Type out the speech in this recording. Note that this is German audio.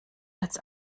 als